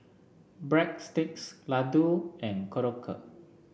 Breadsticks Ladoo and Korokke